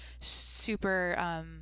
super –